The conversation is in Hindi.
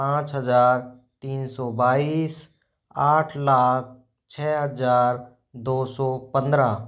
पाँच हजार तीन सौ बाईस आठ लाख छः हजार दो सौ पन्द्रह